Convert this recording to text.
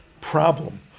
problem